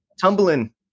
tumbling